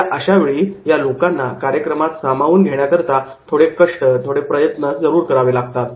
या अशा वेळी या लोकांना कार्यक्रमात सामावून घेण्याकरता थोडे कष्ट थोडे प्रयत्न जरूर करावे लागतात